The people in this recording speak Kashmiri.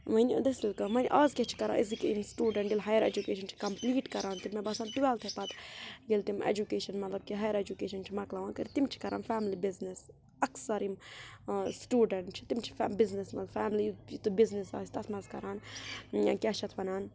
وَنۍ دٔسِل وَنۍ آز کیٛاہ چھِ کَران أزِکۍ یِم سٹوٗڈَنٛٹ ییٚلہِ ہایر اٮ۪جوکیشَن چھِ کَمپٕلیٖٹ کَران تِم مےٚ باسان ٹُویٚلتھٕے پَتہٕ ییٚلہِ تِم اٮ۪جُکیشَن مطلب کہِ ہایَر ایجوکیشَن مکلاوان کٔرِتھ تِم چھِ کَران فیملی بِزنِس اَکثَر یِم سٹوٗڈَنٛٹ چھِ تِم چھِ بِزنِس مطلب فیملی بِزنِس آسہِ تَتھ منٛز کَران کیٛاہ چھِ اَتھ وَنان